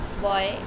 boy